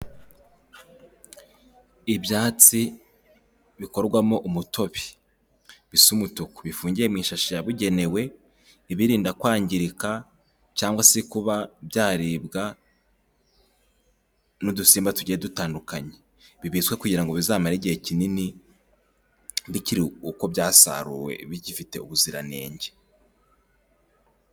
Ibyatsi bikorwamo umutobe, bisa umutuku bifungiye mu ishashi yabugenewe ibirinda kwangirika cyangwa se kuba byaribwa n'udusimba tugiye dutandukanye, bibetswe kugira ngo bizamare igihe kinini, bikiri uko byasaruwe bigifite ubuziranenge.